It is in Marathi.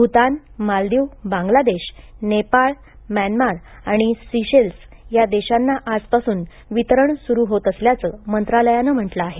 भुतान मालदिव बांग्लादेश नेपाळ म्यानमार आणि सिशेल्स या देशांना आजपासून वितरण सुरु होत असल्याचं मंत्रालयानं म्हटलं आहे